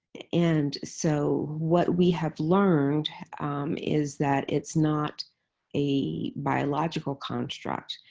and so what we have learned is that it's not a biological construct.